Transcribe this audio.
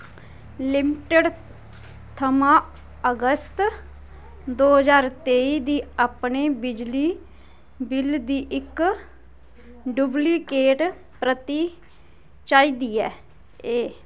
limited थमां अगस्त दो ज्हार त्रेई दी अपने बिजली बिल दी इक डुप्लीकेट प्रति चाहिदी ऐ